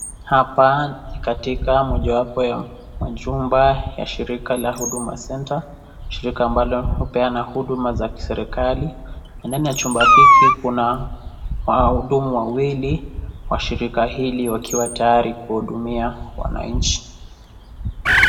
Hapa ni katika mojawapo ya machumba ya shirika la huduma senta , shirika ambalo hupeana huduma za kiserekali ,ndani ya chumba hiki kuna wahudumu wawili wa shirika hili wakiwa tayari kuhudumia wananchi.